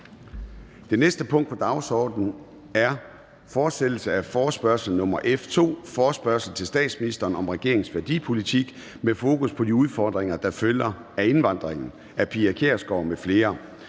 Det næste punkt på dagsordenen er: 4) Fortsættelse af forespørgsel nr. F 2 [afstemning]: Forespørgsel til statsministeren om regeringens værdipolitik med fokus på de udfordringer, der følger af indvandringen. Af Pia Kjærsgaard (DF) m.fl.